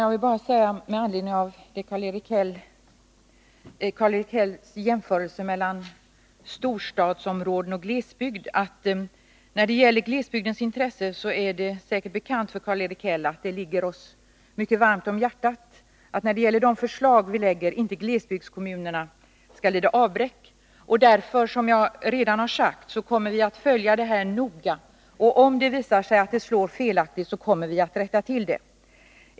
Herr talman! Det är säkert bekant för Karl-Erik Häll att glesbygdernas intressen ligger oss mycket varmt om hjärtat. När vi lägger fram förslag är vi angelägna om att glesbygdskommunerna inte skall lida avbräck. Som jag redan har sagt kommer vi därför att noga följa utvecklingen. Om det visar sig att fördelningen av anslaget slår felaktigt, kommer vi att rätta till det.